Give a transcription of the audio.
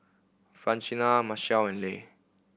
Francina Marcel and Leigh